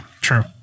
true